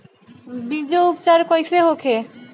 बीजो उपचार कईसे होखे?